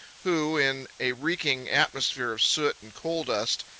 who, in a reeking atmosphere of soot and coal-dust,